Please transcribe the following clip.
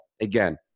again